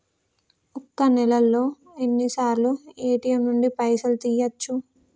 ఒక్క నెలలో ఎన్నిసార్లు ఏ.టి.ఎమ్ నుండి పైసలు తీయచ్చు?